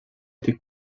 été